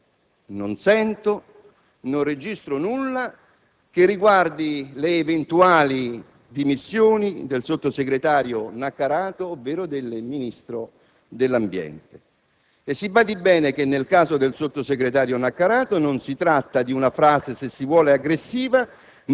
e quel Sottosegretario si dimise. Non vedo, non sento, non registro nulla che riguardi le eventuali dimissioni del sottosegretario Naccarato ovvero del Ministro dell'ambiente.